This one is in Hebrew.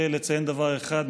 יש עתיד-תל"ם,